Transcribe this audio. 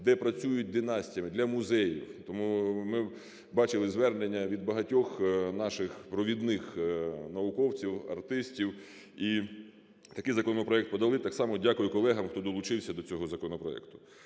де працюють династіями, для музеїв. Тому ми бачили звернення від багатьох наших провідних науковців, артистів, і такий законопроект подали. Так само дякую колегам, хто долучився до цього законопроекту.